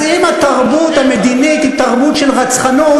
אז אם התרבות המדינית היא תרבות של רצחנות,